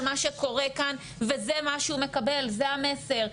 מה שקורה כאן וזה מה שהוא מקבל זה המסר.